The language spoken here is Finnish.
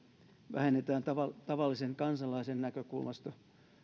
vähennetään tavallisen kansalaisen näkökulmasta